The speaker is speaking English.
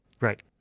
Right